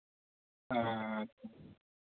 ᱟᱪᱪᱷᱟ